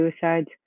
suicides